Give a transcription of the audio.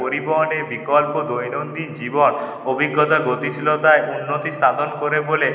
পরিবহনের বিকল্প দৈনন্দিন জীবন অভিজ্ঞতা গতিশীলতায় উন্নতিসাধন করে বলে